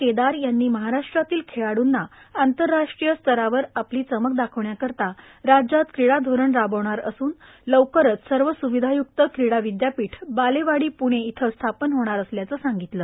केदार यांनी महाराष्ट्रातील खेळाडूंना आंतरराष्ट्रीय स्तरावर आपली चमक दाखविण्याकरिता राज्यात क्रीडा धोरण राबविणार असून राज्यात लवकरच सर्व स्विधाय्क्त क्रीडा विद्यापीठ बालेवाडी प्णे इथे स्थापन होणार असल्याचे सांगितले